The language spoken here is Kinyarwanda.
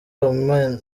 abemera